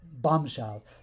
bombshell